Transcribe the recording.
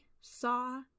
saw